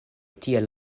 tiel